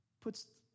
puts